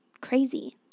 crazy